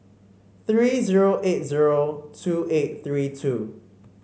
three zero eight zero two eight three two